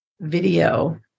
video